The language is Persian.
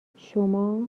شما